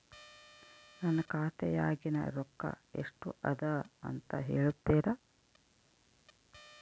ನನ್ನ ಖಾತೆಯಾಗಿನ ರೊಕ್ಕ ಎಷ್ಟು ಅದಾ ಅಂತಾ ಹೇಳುತ್ತೇರಾ?